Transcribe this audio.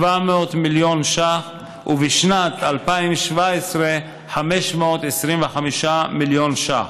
700 מיליון ש"ח, ובשנת 2017, 525 מיליון ש"ח.